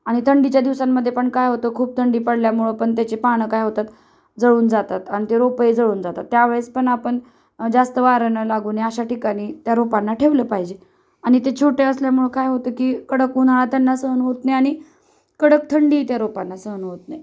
आणि थंडीच्या दिवसांमध्ये पण काय होतं खूप थंडी पडल्यामुळं पण त्याचे पानं काय होतात जळून जातं आणि ते रोपंही जळून जातात त्यावेळेस पण आपण जास्त वारा न लागू न अशा ठिकाणी त्या रोपांना ठेवलं पाहिजे आणि ते छोटे असल्यामुळं काय होतं की कडक उन्हाळा त्यांना सहन होत नाही आणि कडक थंडी त्या रोपांना सहन होत नाही